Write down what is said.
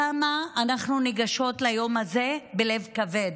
כמה אנחנו ניגשות ליום הזה בלב כבד,